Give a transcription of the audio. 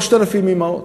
3,000 אימהות.